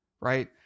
Right